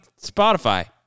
Spotify